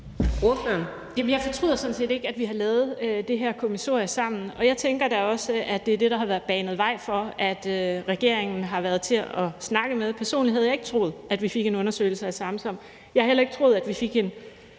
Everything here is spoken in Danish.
Jeg fortryder sådan set ikke, at vi har lavet det her kommissorie sammen, og jeg tænker da også, at det er det, der har banet vej for, at regeringen har været til at snakke med. Personligt havde jeg ikke troet, at vi fik en undersøgelse af Samsam, og jeg havde heller ikke troet, at vi fik en